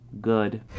good